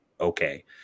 okay